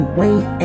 wait